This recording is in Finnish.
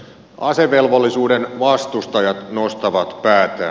asevelvollisuuden vastustajat nostavat päätään